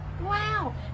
wow